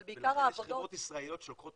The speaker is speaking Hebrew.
אבל בעיקר העבודות --- ולכן יש חברות ישראליות שלוקחות